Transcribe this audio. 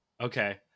Okay